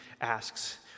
asks